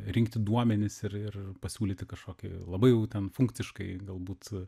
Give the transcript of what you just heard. rinkti duomenis ir ir pasiūlyti kažkokį labai jau ten funkciškai galbūt